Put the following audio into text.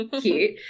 cute